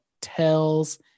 tells